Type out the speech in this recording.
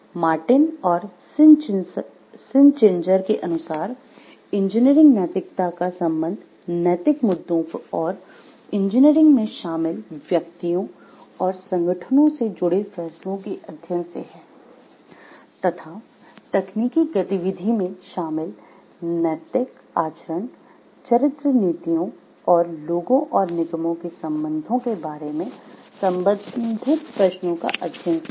Martin के अनुसार engineering नैतिकता का संबंध नैतिक मुद्दों और इंजीनियरिंग में शामिल व्यक्तियों और संगठनों से जुड़े फैसलों के अध्ययन से है तथा तकनीकी गतिविधि में शामिल नैतिक आचरण चरित्र नीतियों और लोगों और निगमों के संबंधों के बारे में संबंधित प्रश्नों का अध्ययन से है